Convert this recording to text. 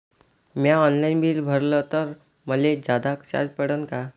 म्या online bill भरलं तर मले जादा चार्ज पडन का?